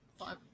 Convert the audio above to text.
five